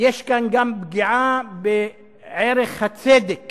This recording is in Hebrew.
יש כאן גם פגיעה בערך הצדק